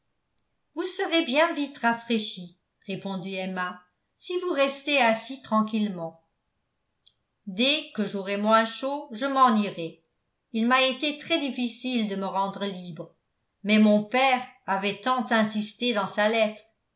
vous serez bien vite rafraîchi répondit emma si vous restez assis tranquillement dès que j'aurai moins chaud je m'en irai il m'a été très difficile de me rendre libre mais mon père avait tant insisté dans sa lettre